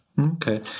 okay